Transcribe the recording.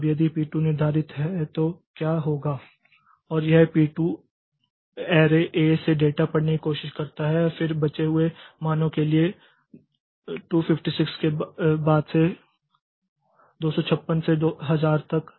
अब यदि पी2 निर्धारित है तो क्या होगा और यह पी2 ऐरे A से डेटा पढ़ने की कोशिश करता है फिर बचे हुए मानों के लिए 256 के बाद से 256 से 1000 तक